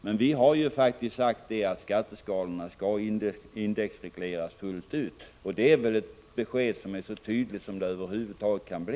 Men vi har faktiskt sagt att skatteskalorna skall indexregleras fullt ut. Det är väl ett besked som är så tydligt som det över huvud taget kan bli?